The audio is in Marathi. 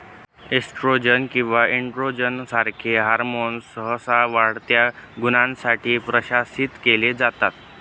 एस्ट्रोजन किंवा एनड्रोजन सारखे हॉर्मोन्स सहसा वाढत्या गुरांसाठी प्रशासित केले जातात